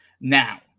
Now